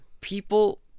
People